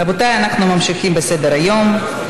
רבותיי, אנחנו ממשיכים בסדר-היום.